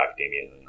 academia